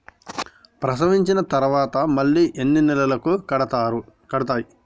ప్రసవించిన తర్వాత మళ్ళీ ఎన్ని నెలలకు కడతాయి?